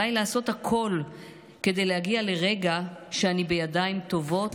עליי לעשות הכול כדי להגיע לרגע שאני בידיים טובות,